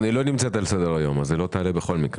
היא לא נמצאת בסדר היום אז היא לא תעלה בכל מקרה.